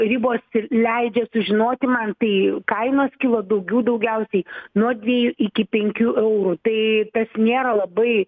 ribos leidžia sužinoti man tai kainos kilo daugių daugiausiai nuo dviejų iki penkių eurų tai tas nėra labai